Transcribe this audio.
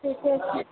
ठीके छै